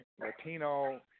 Latino